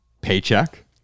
paycheck